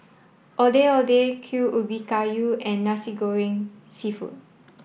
Ondeh Ondeh Kuih Ubi Kayu and Nasi Goreng Seafood